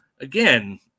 again